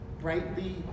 brightly